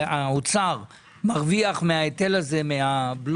האוצר מרוויח סכום מאוד גדול מההיטל הזה מהבלו,